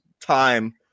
time